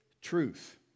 truth